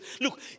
Look